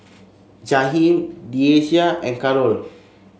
Jaheem Deasia and Carroll